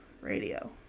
radio